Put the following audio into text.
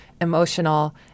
emotional